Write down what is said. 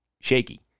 shaky